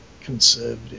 conservative